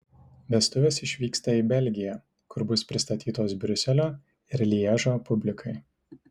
vestuvės išvyksta į belgiją kur bus pristatytos briuselio ir lježo publikai